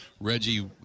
Reggie